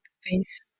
face